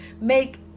make